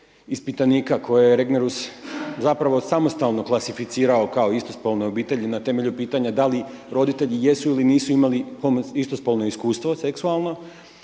ispitanika koje je Regnerus zapravo samostalno klasificirao kao istospolne obitelji na temelju pitanja da li roditelji jesu ili nisu imali istospolno iskustvo seksualno,